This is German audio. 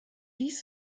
dies